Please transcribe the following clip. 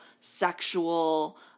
sexual